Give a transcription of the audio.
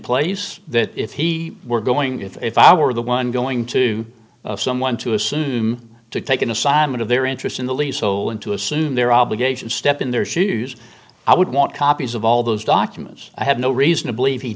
place that if he were going to if i were the one going to someone to assume to take an assignment of their interest in the lease so in to assume their obligation step in their shoes i would want copies of all those documents i have no reason to believe he